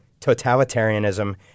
totalitarianism